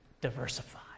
Diversify